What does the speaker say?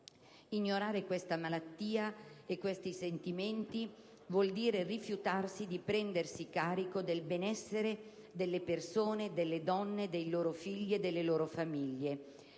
Ignorare questa malattia e questi sentimenti vuol dire rifiutarsi di prendersi carico del benessere delle persone, delle donne, dei loro figli e delle loro famiglie.